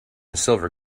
silver